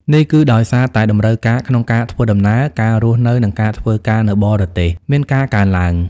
នេះគឺដោយសារតែតម្រូវការក្នុងការធ្វើដំណើរ ការរស់នៅ និងការធ្វើការនៅបរទេសមានការកើនឡើង។